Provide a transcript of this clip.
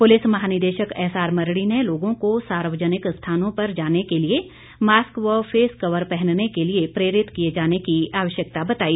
police महानिदेशक S R Mardi ने लोगों को सार्वजनिक स्थानों पर जाने के लिए मास्क व फेस कवर पहनने के लिए प्रेरित किए जाने की आवश्यकता जताई